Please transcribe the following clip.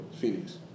Phoenix